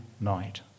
night